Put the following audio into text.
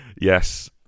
Yes